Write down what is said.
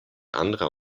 anderer